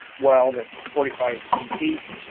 well that's forty five feet deep.